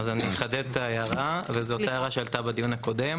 אחדד את ההערה, וזו אותה הערה שעלתה בדיון הקודם